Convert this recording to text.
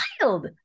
wild